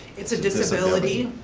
it's a disability.